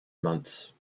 months